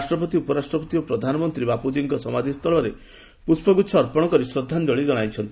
ରାଷ୍ଟ୍ରପତି ଉପରାଷ୍ଟ୍ରପତି ଓ ପ୍ରଧାନମନ୍ନୀ ବାପୁଜୀଙ୍କ ସମାଧିସ୍ତଳରେ ପୁଷ୍ଠଗୁଛ ଅର୍ପଣ କରି ଶ୍ରଦ୍ଧାଞ୍ଚଳି ଜଣାଇଛନ୍ତି